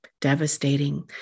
devastating